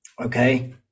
okay